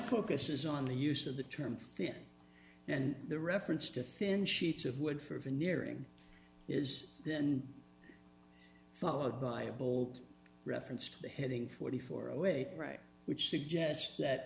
focus is on the use of the term fish and the reference to thin sheets of wood for veneering is then followed by a bold reference to the heading forty four away right which suggests that